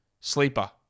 Sleeper